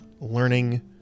learning